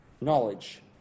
knowledge